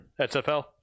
SFL